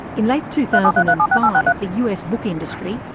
in late two thousand and five, the us book industry,